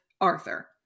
Arthur